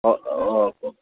অ অ